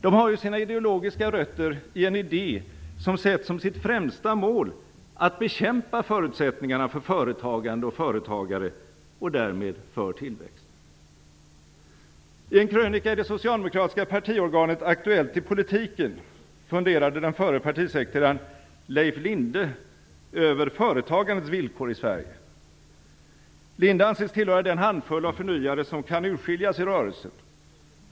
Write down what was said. De har ju sina ideologiska rötter i en idé som sett som sitt främsta mål att bekämpa förutsättningarna för företagande och företagare och därmed för tillväxt. Aktuellt i politiken funderade den förre partisekreteraren Leif Linde över företagandets villkor i Sverige. Linde anses tillhöra den handfull av förnyare som kan urskiljas i rörelsen.